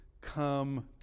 Come